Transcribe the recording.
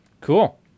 Cool